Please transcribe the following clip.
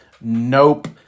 Nope